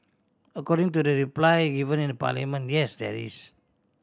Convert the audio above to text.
according to the reply given in Parliament yes there is